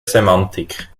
semantik